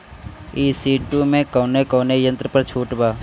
ई.सी two मै कौने कौने यंत्र पर छुट बा?